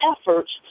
efforts